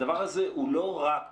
הדבר הזה הוא לא רק